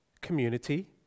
Community